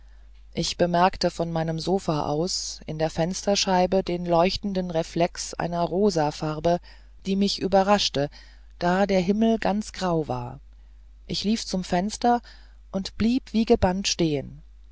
ich bemerkte von meinem sofa aus in der fensterscheibe den leuchtenden reflex einer rosafarbe die mich überraschte da der himmel ganz grau war ich lief zum fenster und blieb wie gebannt stehen